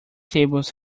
tables